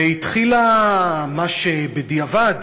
והתחילה מה שבדיעבד